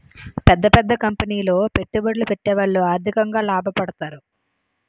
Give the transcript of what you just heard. పెద్ద పెద్ద కంపెనీలో పెట్టుబడులు పెట్టేవాళ్లు ఆర్థికంగా లాభపడతారు